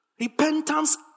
Repentance